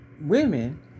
women